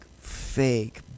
fake